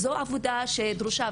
זו עבודה שדרושה.